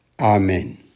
Amen